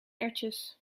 erwtjes